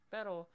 Pero